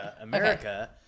America